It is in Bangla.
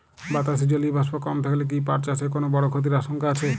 বাতাসে জলীয় বাষ্প কম থাকলে কি পাট চাষে কোনো বড় ক্ষতির আশঙ্কা আছে?